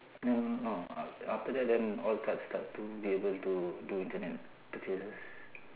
no no no no af~ after that then all cards start to be able to do internet purchases